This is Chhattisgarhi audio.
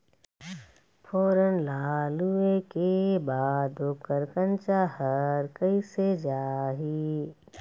फोरन ला लुए के बाद ओकर कंनचा हर कैसे जाही?